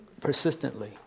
persistently